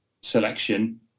selection